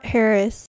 Harris